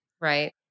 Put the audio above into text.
Right